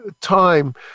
time